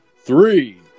Three